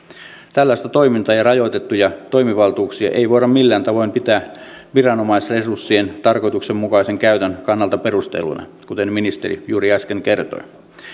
tällaista toimintaa ja rajoitettuja toimivaltuuksia ei voida millään tavoin pitää viranomaisresurssien tarkoituksenmukaisen käytön kannalta perusteltuna kuten ministeri juuri äsken kertoi